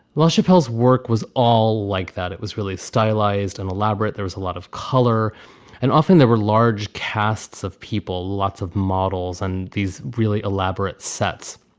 while chappelle's work was all like that, it was really stylized and elaborate. there was a lot of color and often there were large casts of people, lots of models and these really elaborate sets.